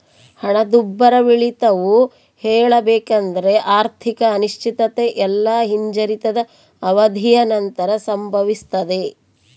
ಹಣದುಬ್ಬರವಿಳಿತವು ಹೇಳಬೇಕೆಂದ್ರ ಆರ್ಥಿಕ ಅನಿಶ್ಚಿತತೆ ಇಲ್ಲಾ ಹಿಂಜರಿತದ ಅವಧಿಯ ನಂತರ ಸಂಭವಿಸ್ತದೆ